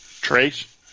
Trace